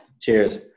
Cheers